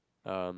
um